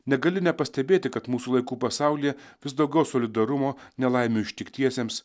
negali nepastebėti kad mūsų laikų pasaulyje vis daugiau solidarumo nelaimių ištiktiesiems